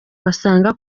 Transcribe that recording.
basanga